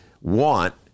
want